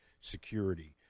security